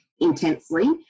intensely